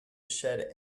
shed